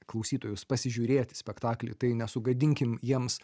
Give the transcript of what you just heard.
klausytojus pasižiūrėti spektaklį tai nesugadinkim jiems